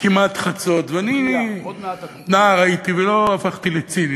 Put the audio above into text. כמעט חצות, ואני, נער הייתי ולא הפכתי לציני,